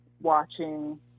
watching